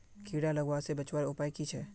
कीड़ा लगवा से बचवार उपाय की छे?